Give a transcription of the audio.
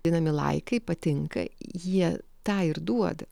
vadinami laikai patinka jie tą ir duoda